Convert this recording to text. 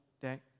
day